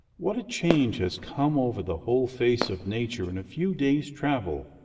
what a change has come over the whole face of nature in a few days' travel.